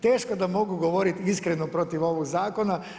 Teško da mogu govoriti iskreno protiv ovog zakona.